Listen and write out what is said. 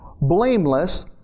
blameless